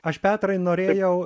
aš petrai norėjau